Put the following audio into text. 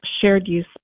shared-use